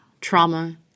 trauma